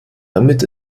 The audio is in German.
damit